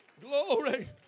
glory